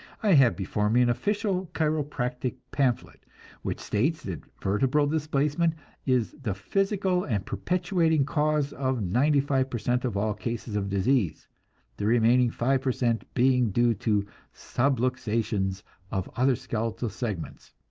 i have before me an official chiropractic pamphlet which states that vertebral displacement is the physical and perpetuating cause of ninety-five per cent of all cases of disease the remaining five per cent being due to subluxations of other skeletal segments.